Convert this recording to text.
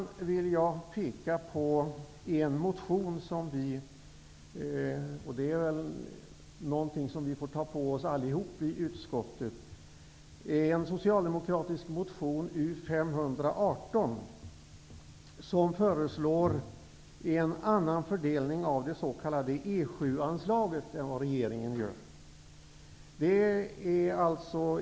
Jag vill dessutom peka på behandlingen av en motion. Det är någonting som vi alla i utskottet får ta på oss. I en socialdemokratisk motion, U518, föreslås en annan fördelning av det s.k. E 7-anslaget än den regeringen föreslår.